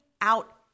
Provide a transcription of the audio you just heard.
out